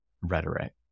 rhetoric